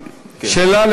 רק רגע, אדוני, אדוני.